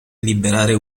liberare